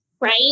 right